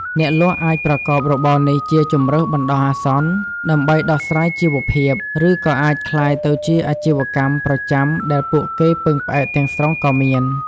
អ្នកលក់អាចប្រកបរបរនេះជាជម្រើសបណ្ដោះអាសន្ន ដើម្បីដោះស្រាយជីវភាព ឬក៏អាចក្លាយទៅជាអាជីវកម្មប្រចាំដែលពួកគេពឹងផ្អែកទាំងស្រុងក៏មាន។